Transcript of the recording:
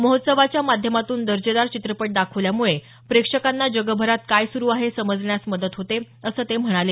महोत्सवाच्या माध्यमातून दर्जेदार चित्रपट दाखवल्यामुळे प्रेक्षकांना जगभरात काय सुरू आहे हे समजण्यास मदत होते असं ते म्हणाले